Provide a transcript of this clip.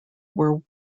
were